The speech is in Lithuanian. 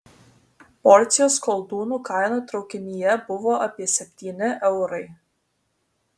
porcijos koldūnų kaina traukinyje buvo apie septyni eurai